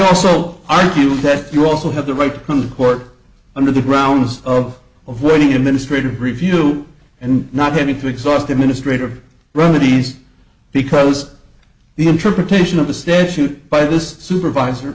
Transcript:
also argue that you also have the right to come to court under the grounds of of winning administrative review and not having to exhaust administrator remedies because the interpretation of the statute by this supervisor